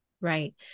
Right